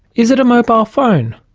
is it a mobile phone?